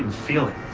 feel it.